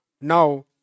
now